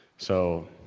so,